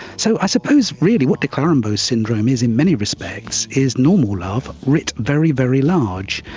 so i suppose really what de clerambault's syndrome is in many respects is normal love writ very, very large.